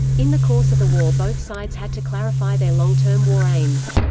in the course of the war both sides had to clarify their long-term war aims.